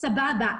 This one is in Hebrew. סבבה.